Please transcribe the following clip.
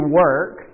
work